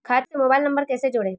खाते से mobile number कैसे जोड़ें?